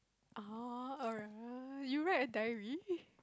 !orh! alright you write a diary